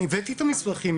אני הבאתי את המסמכים,